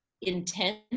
intent